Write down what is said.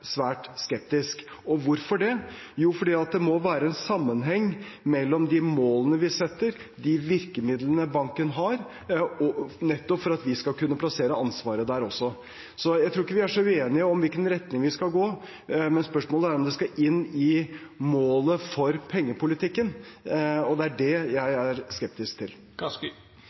svært skeptisk. Og hvorfor det? Jo, fordi det må være en sammenheng mellom de målene vi setter, og de virkemidlene banken har, nettopp for at vi skal kunne plassere ansvaret der også. Jeg tror ikke vi er så uenige om i hvilken retning vi skal gå, spørsmålet er om det skal inn i målet for pengepolitikken, og det er det jeg er skeptisk til.